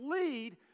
lead